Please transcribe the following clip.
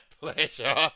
pleasure